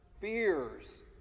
fears